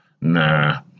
nah